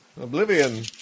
Oblivion